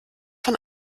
von